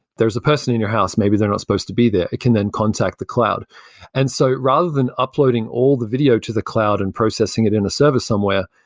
there's a person in your house. maybe they're not supposed to be there, it can then contact the cloud and so rather than uploading all the video to the cloud and processing it in a server somewhere,